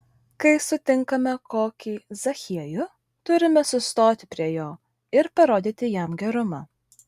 kai sutinkame kokį zachiejų turime sustoti prie jo ir parodyti jam gerumą